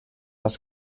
das